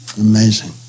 Amazing